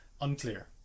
Unclear